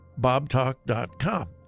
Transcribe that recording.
BobTalk.com